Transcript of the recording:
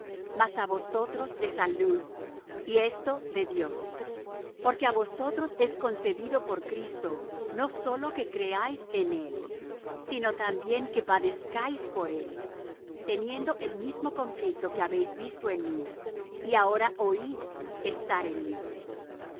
mas á vosotros de salud y esto de dios porque á vosotros es concedido por cristo no sólo que creáis en él sino también que padezcáis por él teniendo el mismo conflicto que habéis visto en mí y ahora oís estar en mí